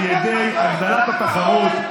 על ידי הגדלת התחרות,